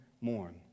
mourn